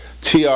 TR